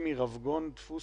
יעל מ"רבגון דפוס",